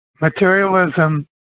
materialism